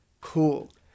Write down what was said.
Cool